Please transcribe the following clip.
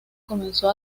comenzó